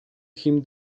him